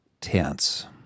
tense